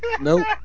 nope